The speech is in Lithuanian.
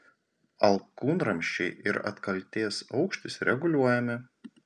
alkūnramsčiai ir atkaltės aukštis reguliuojami